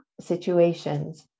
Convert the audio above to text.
situations